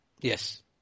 Yes